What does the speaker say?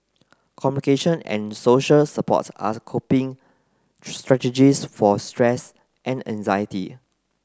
communication and social support are coping strategies for stress and anxiety